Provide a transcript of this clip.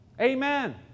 amen